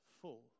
full